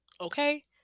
Okay